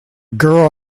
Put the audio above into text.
girl